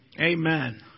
Amen